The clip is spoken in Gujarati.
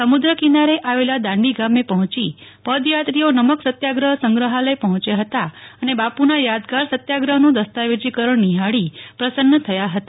સમુદ્રકિનારે આવેલા દાંડી ગામે પહોંચી પદયાત્રીઓ નમક સત્યાગ્રહ સંગ્રહલય પહોંચ્યા હતા અને બાપુના યાદગાર સત્યાગ્રહનું દસ્તાવેજીકરણ નિહાળી પ્રસન્ન થયા હતા